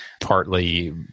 partly